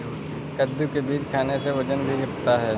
कद्दू के बीज खाने से वजन भी घटता है